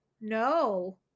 No